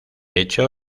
hecho